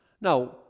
Now